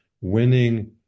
winning